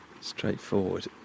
straightforward